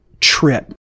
trip